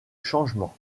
changement